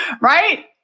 right